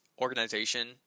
organization